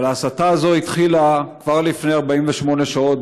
אבל ההסתה הזאת התחילה כבר לפני 48 שעות,